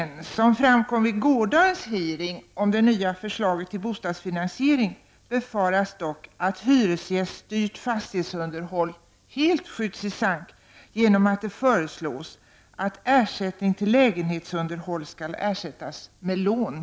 Som framkom vid gårdagens hearing om det nya förslaget till bostadsfinansiering befaras dock att hyresgäststyrt fastighetsunderhåll helt skjutits i sank genom att det föreslås att avsättning till lägenhetsunderhåll skall ersättas med lån.